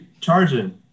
charging